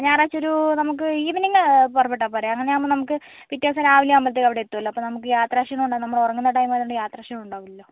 ഞായറാഴ്ച്ച ഒരു നമുക്ക് ഈവനിംഗ് പുറപ്പെട്ടാൽ പോരേ അങ്ങനെ ആവുമ്പം നമുക്ക് പിറ്റേ ദിവസം രാവിലെ ആകുമ്പോഴത്തേക്ക് അവിടെ എത്തുവല്ലോ അപ്പം നമുക്ക് യാത്രാ ക്ഷീണം ഉണ്ടാ നമ്മൾ ഉറങ്ങുന്ന ടൈം ആയതുകൊണ്ട് യാത്രാ ക്ഷീണം ഉണ്ടാവില്ലല്ലോ